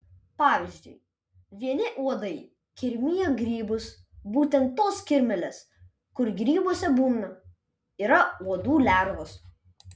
pavyzdžiui vieni uodai kirmija grybus būtent tos kirmėlės kur grybuose būna yra uodų lervos